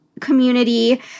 community